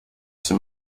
c’est